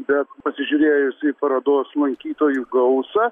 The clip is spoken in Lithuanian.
bet pasižiūrėjus į parodos lankytojų gausą